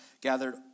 gathered